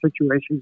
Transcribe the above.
situations